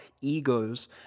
egos